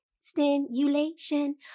Stimulation